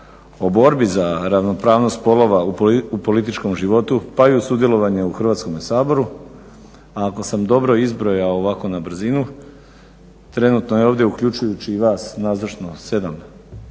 borbi za ravnopravnost spolova u političkom životu pa i sudjelovanje u Hrvatskom saboru, a ako sam dobro izbrojao ovako na brzinu trenutno je ovdje uključujući i vas nazočno 7